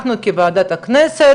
אנחנו כוועדת כנסת,